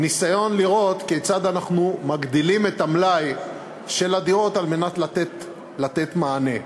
ניסיון לראות כיצד אנחנו מגדילים את מלאי הדירות על מנת לתת מענה.